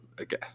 okay